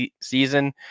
season